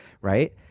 right